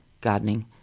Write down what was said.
gardening